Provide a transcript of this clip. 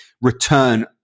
return